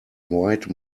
white